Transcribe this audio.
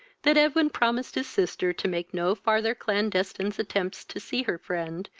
that edwin promised his sister to make no farther clandestine attempts to see her friend,